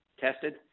tested